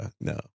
no